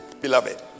beloved